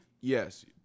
Yes